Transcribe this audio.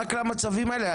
רק למצבים האלה,